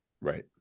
right